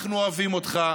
אנחנו אוהבים אותך.